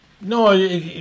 No